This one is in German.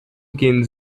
gehen